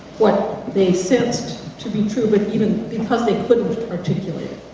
what they sensed to be true but even because they couldn't articulate,